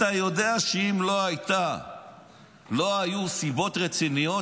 אתה יודע שאם לא היו סיבות רציניות,